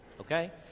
okay